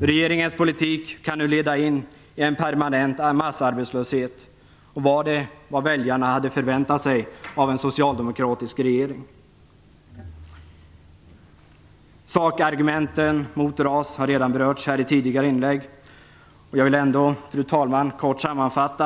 Regeringens politik kan nu leda in i en permanent massarbetslöshet. Var det vad väljarna hade förväntat sig av en socialdemokratisk regering? Sakargumenten mot RAS har redan berörts i tidigare inlägg. Jag vill ändå, fru talman, kort sammanfatta.